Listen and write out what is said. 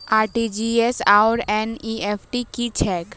RTGS आओर NEFT की छैक?